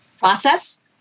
process